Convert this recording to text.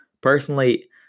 Personally